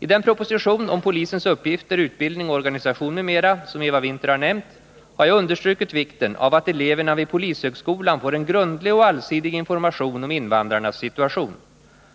I den proposition om polisens uppgifter, utbildning och organisation m.m. som Eva Winther har nämnt har jag understrukit vikten av att eleverna vid polishögskolan får en grundlig och allsidig information om invandrarnas situation.